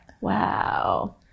wow